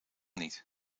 niet